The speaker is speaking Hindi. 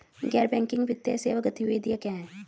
गैर बैंकिंग वित्तीय सेवा गतिविधियाँ क्या हैं?